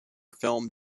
film